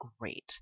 great